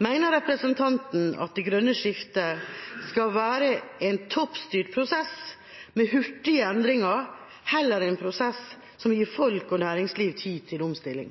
Mener representanten at det grønne skiftet skal være en toppstyrt prosess med hurtige endringer heller enn en prosess som gir folk og næringsliv tid til omstilling?